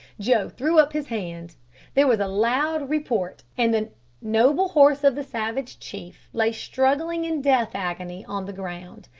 joe threw up his hand there was a loud report, and the noble horse of the savage chief lay struggling in death agony on the ground.